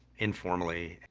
informally,